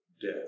Death